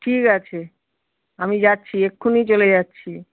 ঠিক আছে আমি যাচ্ছি এক্ষুনি চলে যাচ্ছি